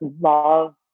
love